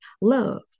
Love